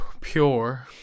pure